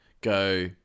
go